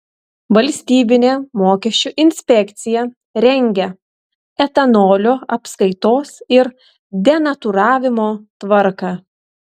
valstybinė mokesčių inspekcija rengią etanolio apskaitos ir denatūravimo tvarką